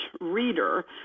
reader